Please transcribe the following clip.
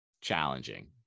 challenging